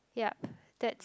yup that's